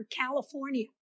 California